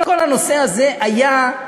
כל הנושא הזה היה,